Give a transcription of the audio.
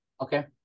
Okay